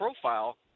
profile